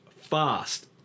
fast